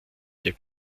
der